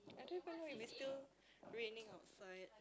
I don't even know if it's still raining outside